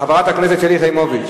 חברת הכנסת שלי יחימוביץ